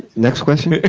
next question?